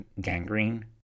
gangrene